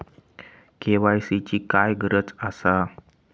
KYC ची काय गरज आसा?